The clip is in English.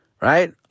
right